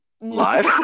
live